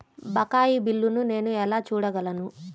బకాయి బిల్లును నేను ఎలా చూడగలను?